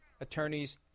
attorneys